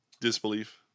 Disbelief